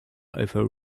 over